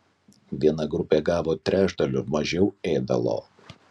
viena grupė gavo trečdaliu mažiau ėdalo